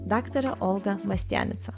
daktare olga mastianica